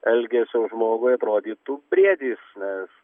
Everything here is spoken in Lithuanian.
elgesio žmogui atrodytų briedis nes